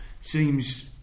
seems